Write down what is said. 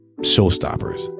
showstoppers